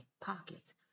pockets